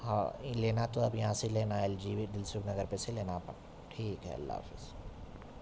ہاں لینا تو اب یہاں سے لینا ایل جی یوسف نگر پہ سے لینا آپن ٹھیک ہے اللہ حافظ